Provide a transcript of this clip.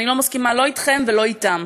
אני לא מסכימה לא אתכם ולא אתם.